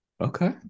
okay